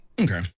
Okay